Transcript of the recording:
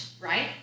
right